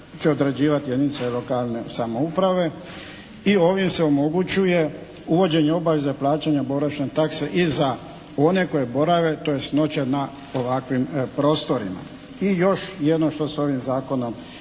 će određivati jedinice lokalne samouprave. I ovim se omogućuje uvođenje obaveza plaćanja boravišne takse i za one koji borave, tj. noće na ovakvim prostorima. I još jedno što se ovim zakonom